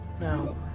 No